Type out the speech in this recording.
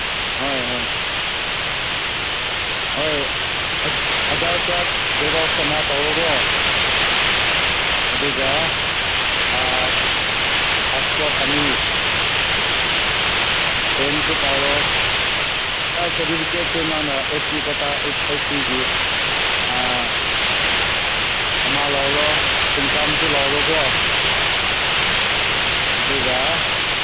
ꯍꯣꯏ ꯍꯣꯏ ꯍꯣꯏ ꯑꯙꯥꯔ ꯀꯥꯔꯗ ꯖꯦꯔꯣꯛꯁ ꯑꯃ ꯇꯧꯔꯣꯀꯣ ꯑꯗꯨꯒ ꯄꯥꯁꯄꯣꯠ ꯑꯅꯤ ꯄꯦꯟꯁꯨ ꯄꯥꯏꯔꯣ ꯕꯥꯔꯠ ꯁꯔꯇꯤꯐꯤꯀꯦꯠꯁꯨ ꯅꯪꯅ ꯑꯦꯁ ꯇꯤ ꯀꯣꯇꯥ ꯑꯦꯁ ꯇꯤꯒꯤ ꯑꯃ ꯂꯧꯔꯣ ꯏꯟꯀꯝꯁꯨ ꯂꯧꯔꯣꯀꯣ ꯑꯗꯨꯒ